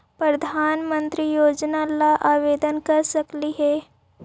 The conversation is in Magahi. प्रधानमंत्री योजना ला आवेदन कर सकली हे?